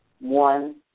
One